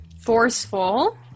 forceful